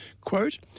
Quote